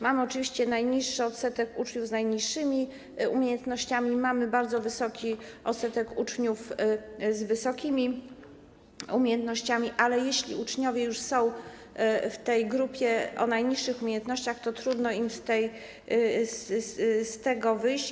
Mamy oczywiście najniższy odsetek uczniów z najniższymi umiejętnościami i bardzo wysoki odsetek uczniów z wysokimi umiejętnościami, ale jeśli uczniowie już są w tej grupie o najniższych umiejętnościach, to trudno im z niej wyjść.